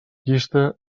llista